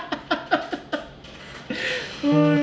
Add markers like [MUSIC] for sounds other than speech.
[LAUGHS]